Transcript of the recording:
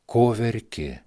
ko verki